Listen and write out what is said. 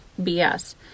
BS